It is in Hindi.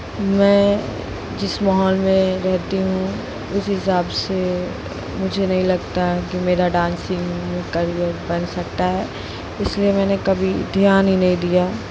मैं जिस माहौल में रहती हूँ उस हिसाब से मुझे नहीं लगता है कि मेरा डांसिंग करियर बन सकता है इसलिए मैंने कभी ध्यान ही नहीं दिया